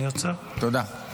אני עוצר את הזמן.